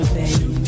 baby